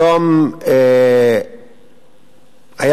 היום היה